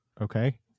okay